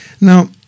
Now